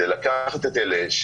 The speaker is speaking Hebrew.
לקחת את אלה,